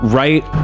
right